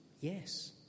yes